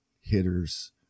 hitters